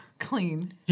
clean